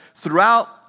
Throughout